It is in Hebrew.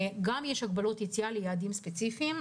ויש הגבלות יציאה ליעדים ספציפיים.